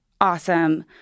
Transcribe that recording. awesome